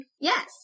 Yes